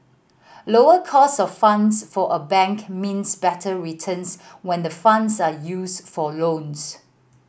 lower cost of funds for a bank means better returns when the funds are used for loans